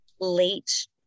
late